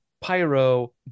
Pyro